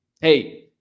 Hey